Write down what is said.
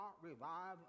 revive